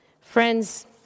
Friends